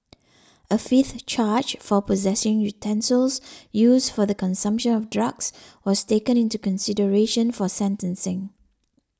a fifth charge for possessing utensils used for the consumption of drugs was taken into consideration for sentencing